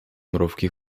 mrówki